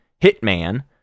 Hitman